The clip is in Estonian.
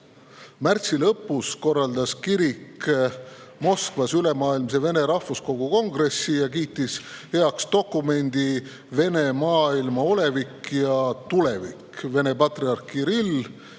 lõpus korraldas kirik Moskvas Ülemaailmse Vene Rahvakogu kongressi ja kiitis heaks dokumendi "Vene maailma olevik ja tulevik". Venemaa patriarh Kirill,